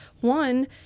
One